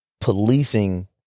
policing